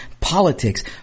politics